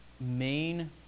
main